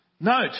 Note